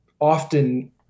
often